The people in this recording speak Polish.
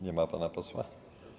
Nie ma pana posła?